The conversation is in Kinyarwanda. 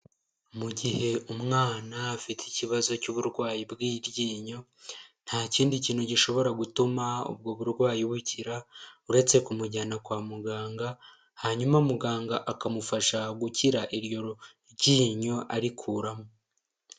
Mu gihe umwana afite ikibazo cy'uburwayi bw'iryinyo nta kindi kintu gishobora gutuma ubwo burwayi bukira uretse kumujyana kwa muganga hanyuma muganga akamufasha gukira iryo ryinyo arikuramo.